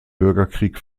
bürgerkrieg